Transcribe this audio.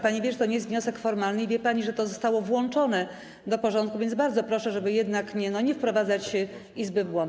Pani wie, że to nie jest wniosek formalny, i wie pani, że to zostało włączone do porządku, więc bardzo panią proszę, żeby jednak nie wprowadzać Izby w błąd.